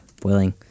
boiling